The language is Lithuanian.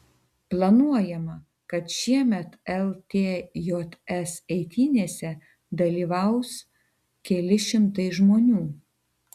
planuojama kad šiemet ltjs eitynėse dalyvaus keli šimtai žmonių